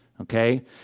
okay